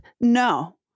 no